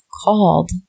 called